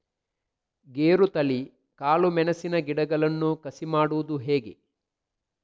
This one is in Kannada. ಗೇರುತಳಿ, ಕಾಳು ಮೆಣಸಿನ ಗಿಡಗಳನ್ನು ಕಸಿ ಮಾಡುವುದು ಹೇಗೆ?